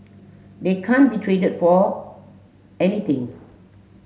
they can't be traded for anything